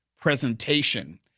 presentation